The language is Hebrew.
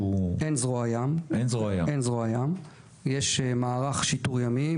אין זרוע ים, יש מערך שיטור ימי.